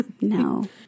No